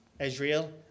Israel